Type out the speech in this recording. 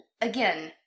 again